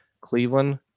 Cleveland